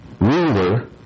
ruler